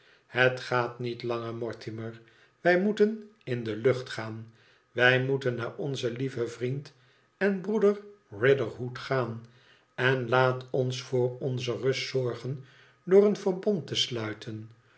het gaat niet langer mortimer wij moeten in de lucht gaan wij moeten naar onzen lieven vriend en broeder riderhood gaan en laat ons voor onze rust zorgen door een verbond te sluiten